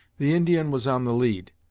the indian was on the lead,